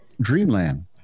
dreamland